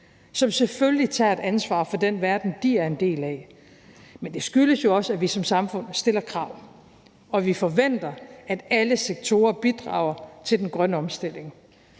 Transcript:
som selvfølgelig tager et ansvar for den verden, de er en del af. Men det skyldes jo også, at vi som samfund stiller krav, og at vi forventer, at alle sektorer bidrager til den grønne omstilling.